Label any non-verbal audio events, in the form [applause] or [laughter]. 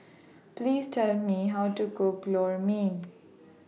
Please Tell Me How [noise] to Cook Lor Mee